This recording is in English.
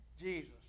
Jesus